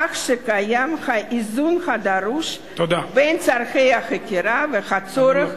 כך קיים האיזון הדרוש בין צורכי החקירה והצורך